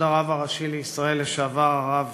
כבוד הרב הראשי לישראל לשעבר הרב